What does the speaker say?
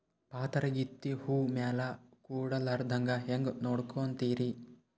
ಪಾತರಗಿತ್ತಿ ಹೂ ಮ್ಯಾಲ ಕೂಡಲಾರ್ದಂಗ ಹೇಂಗ ನೋಡಕೋತಿರಿ?